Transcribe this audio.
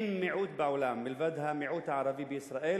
אין מיעוט בעולם מלבד המיעוט הערבי בישראל,